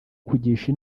kugisha